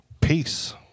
Peace